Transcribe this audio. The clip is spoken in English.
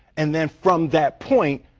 and then from that point,